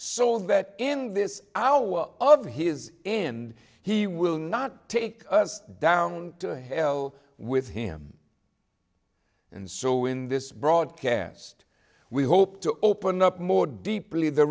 so that in this hour of his end he will not take us down to hell with him and so in this broadcast we hope to open up more deeply the